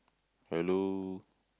hello